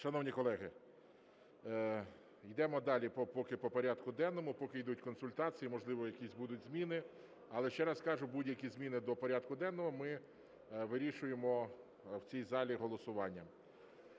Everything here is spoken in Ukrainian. Шановні колеги, йдемо далі поки по порядку денному, поки йдуть консультації, можливо, якісь будуть зміни. Але ще раз кажу, будь-які зміни до порядку денного ми вирішуємо в цій залі голосуванням.